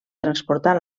transportar